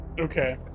Okay